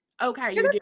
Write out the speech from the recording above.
okay